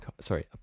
Sorry